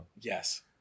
Yes